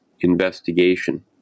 investigation